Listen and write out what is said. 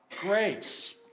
grace